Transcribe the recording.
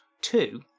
Two